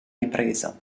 ripresa